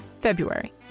February